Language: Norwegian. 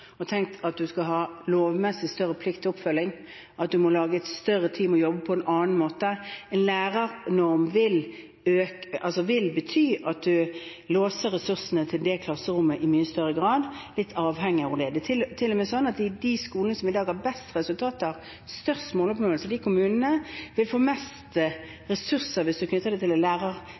tenkt at en lovmessig skal ha større plikt til oppfølging, at en må lage større team og jobbe på en annen måte. En lærernorm vil bety at en låser ressursene til klasserommet i mye større grad, at en er litt avhengig av det. Det er til og med slik at kommuner med skoler som i dag har best resultater, størst måloppnåelse, vil få flest ressurser hvis de knytter det til en